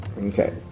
Okay